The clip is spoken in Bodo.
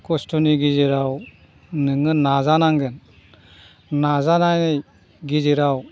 कस्त'नि गेजेराव नोङो नाजानांगोन नाजानायनि गेजेराव